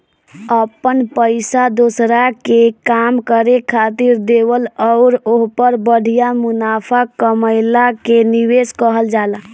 अपन पइसा दोसरा के काम करे खातिर देवल अउर ओहपर बढ़िया मुनाफा कमएला के निवेस कहल जाला